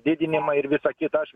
didinimą ir visa kita aš